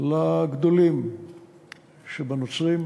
הגדולים שבנוצרים,